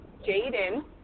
Jaden